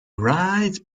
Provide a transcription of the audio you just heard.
right